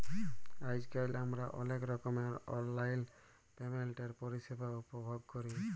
আইজকাল আমরা অলেক রকমের অললাইল পেমেল্টের পরিষেবা উপভগ ক্যরি